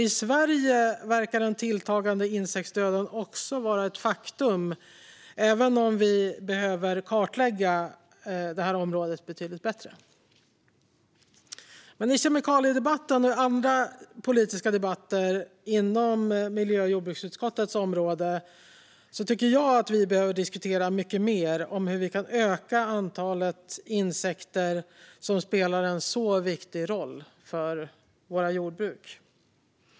I Sverige verkar den tilltagande insektsdöden också vara ett faktum även om vi behöver kartlägga detta område betydligt bättre. I kemikaliedebatten och andra politiska debatter inom miljö och jordbruksutskottets område måste vi, tycker jag, diskutera mycket mer hur vi kan öka antalet insekter som spelar en så viktig roll för våra jordbruk.